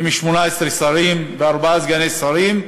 עם 18 שרים וארבעה סגני שרים,